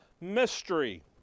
mystery